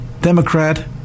Democrat